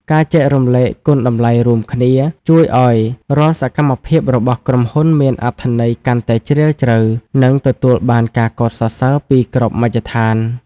ការចែករំលែកគុណតម្លៃរួមគ្នា ជួយឱ្យរាល់សកម្មភាពរបស់ក្រុមហ៊ុនមានអត្ថន័យកាន់តែជ្រាលជ្រៅ និងទទួលបានការកោតសរសើរពីគ្រប់មជ្ឈដ្ឋាន។